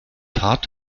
tat